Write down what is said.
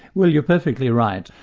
well you're perfectly right.